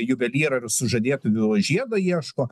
juvelyrą ir sužadėtuvių žiedo ieško